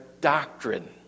doctrine